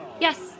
Yes